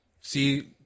See